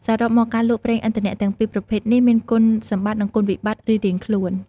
សរុបមក ការលក់ប្រេងឥន្ធនៈទាំងពីរប្រភេទនេះមានគុណសម្បត្តិនិងគុណវិបត្តិរៀងៗខ្លួន។